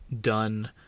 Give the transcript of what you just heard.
done